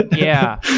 yeah.